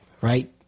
Right